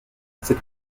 cette